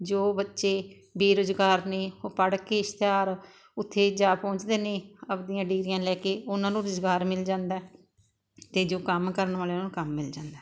ਜੋ ਬੱਚੇ ਬੇਰੁਜ਼ਗਾਰ ਨੇ ਉਹ ਪੜ੍ਹ ਕੇ ਇਸ਼ਤਿਹਾਰ ਉੱਥੇ ਜਾ ਪਹੁੰਚਦੇ ਨੇ ਆਪਦੀਆਂ ਡਿਗਰੀਆਂ ਲੈ ਕੇ ਉਨ੍ਹਾਂ ਨੂੰ ਰੁਜ਼ਗਾਰ ਮਿਲ ਜਾਂਦਾ ਹੈ ਅਤੇ ਜੋ ਕੰਮ ਕਰਨ ਵਾਲੇ ਉਨ੍ਹਾਂ ਨੂੰ ਕੰਮ ਮਿਲ ਜਾਂਦਾ ਹੈ